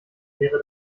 wäre